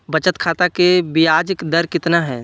बचत खाता के बियाज दर कितना है?